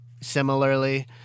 similarly